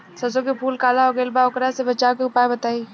सरसों के फूल काला हो गएल बा वोकरा से बचाव के उपाय बताई?